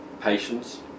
patience